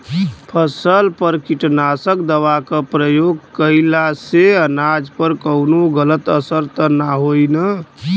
फसल पर कीटनाशक दवा क प्रयोग कइला से अनाज पर कवनो गलत असर त ना होई न?